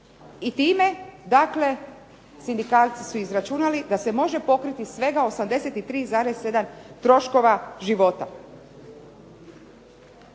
i time dakle sindikalci su izračunali da se može pokriti svega 83,7 troškova života.